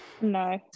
no